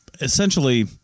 essentially